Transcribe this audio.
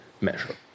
measure